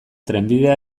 trenbidea